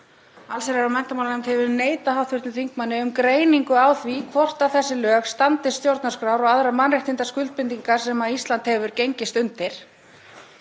Allsherjar- og menntamálanefnd hefur neitað hv. þingmanni um greiningu á því hvort þessi lög standist stjórnarskrá og aðra mannréttindaskuldbindingar sem Ísland hefur gengist undir.